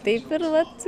taip ir vat